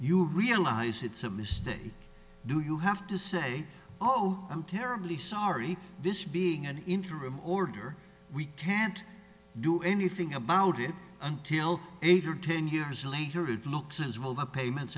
you realise it's a mistake do you have to say oh i'm terribly sorry this being an interim order we can't do anything about it until eight or ten years later it looks as well the payments